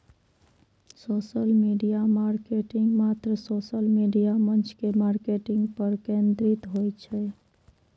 social media marketing मात्र social media मंच के मार्केटिंग पर केंद्रित होइ छै